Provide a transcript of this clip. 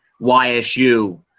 YSU